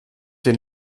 den